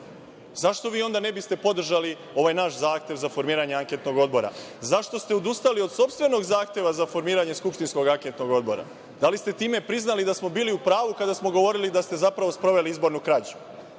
vi onda ne biste podržali ovaj naš zahtev za formiranje anketnog odbora? Zašto ste odustali od sopstvenog zahteva za formiranje skupštinskog anketnog odbora? Da li ste time priznali da smo bili u pravu kada smo govorili da ste zapravo sproveli izbornu krađu?